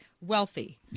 wealthy